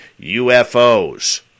UFOs